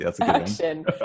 action